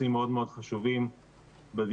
הנושא שאנחנו דנים בו הוא מסוג הנושאים שהם גם חשובים וגם